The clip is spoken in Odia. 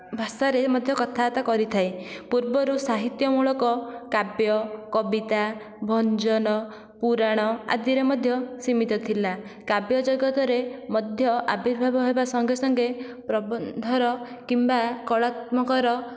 ଭାଷାରେ ମଧ୍ୟ କଥାବାର୍ତ୍ତା କରିଥାଏ ପୂର୍ବରୁ ସାହିତ୍ୟମୂଳକ କାବ୍ୟ କବିତା ଭଞ୍ଜନ ପୁରାଣ ଆଦିରେ ମଧ୍ୟ ସୀମିତ ଥିଲା କାବ୍ୟ ଜଗତରେ ମଧ୍ୟ ଆବିର୍ଭାବ ହେବା ସଙ୍ଗେସଙ୍ଗେ ପ୍ରବନ୍ଧର କିମ୍ବା କଳାତ୍ମକର